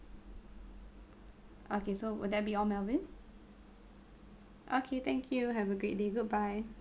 okay so will that be all melvin okay thank you have a great day goodbye